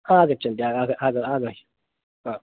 आगच्छन्ति